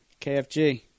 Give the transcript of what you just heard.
KFG